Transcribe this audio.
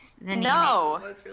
No